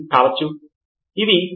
శ్యామ్ పాల్ సమాచారము అందుబాటులో లేదు